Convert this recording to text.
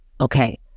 okay